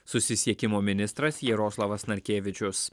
susisiekimo ministras jaroslavas narkevičius